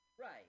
Right